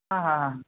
हां हां